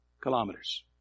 kilometers